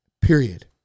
Period